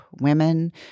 women